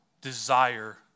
desire